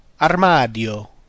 Armadio